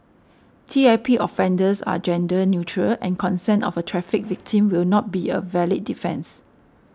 T I P offences are gender neutral and consent of a trafficked victim will not be a valid defence